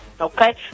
okay